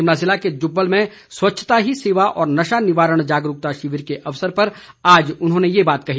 शिमला जिले के जुब्बल में स्वच्छता ही सेवा और नशा निवारण जागरूकता शिविर के अवसर पर आज उन्होंने ये बात कही